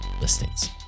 listings